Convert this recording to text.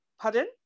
Pardon